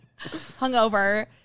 hungover